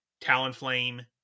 Talonflame